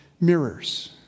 mirrors